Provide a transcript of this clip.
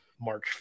March